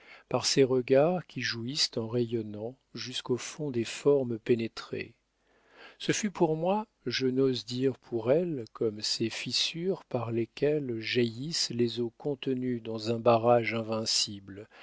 par ces regards qui jouissent en rayonnant jusqu'au fond des formes pénétrées ce fut pour moi je n'ose dire pour elle comme ces fissures par lesquelles jaillissent les eaux contenues dans un barrage invincible